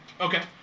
Okay